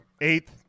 eighth